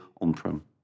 on-prem